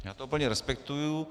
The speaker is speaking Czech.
Já to plně respektuji.